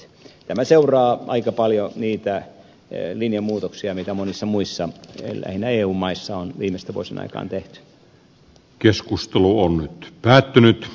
tämä seuraa aika paljon niitä linjamuutoksia mitä monissa muissa lähinnä eu maissa on viimeisten vuosien aikaan tehty